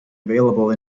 available